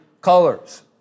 colors